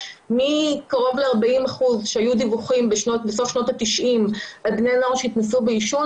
מקרוב ל-40 אחוזים דיווחים בסוף שנות ה-90 על בני נוער שהתנסו בעישון,